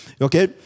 Okay